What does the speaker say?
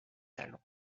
talons